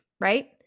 right